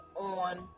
on